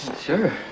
Sure